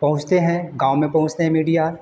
पहुँचते हैं गाँव में पहुँचती है मीडिया